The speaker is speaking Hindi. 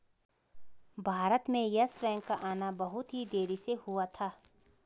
भारत में येस बैंक का आना बहुत ही देरी से हुआ था